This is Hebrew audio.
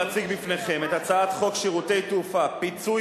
להציג בפניכם את הצעת חוק שירותי תעופה (פיצוי